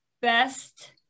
best